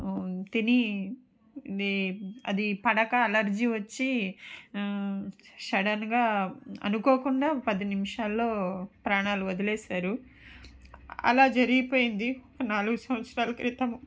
తిని ఇది అది పడక అలర్జీ వచ్చి సడన్గా అనుకోకుండా పది నిమిషాల్లో ప్రాణాలు వదిలేశారు అలా జరిగిపోయింది నాలుగు సంవత్సరాల క్రితం